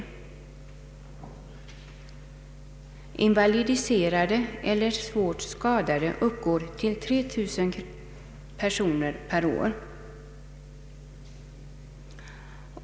Antatalet invalidiserade eller svårt skadade uppgår till 3 000 per år.